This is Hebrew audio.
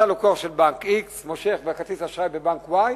אתה לקוח של בנק x, מושך בכרטיס אשראי בבנק y,